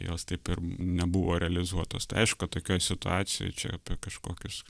jos taip ir nebuvo realizuotos tai aiškukad tokioj situacijoj čia apie kažkokius